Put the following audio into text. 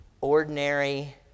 ordinary